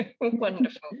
wonderful